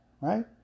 right